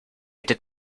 did